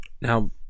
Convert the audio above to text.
Now